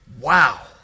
wow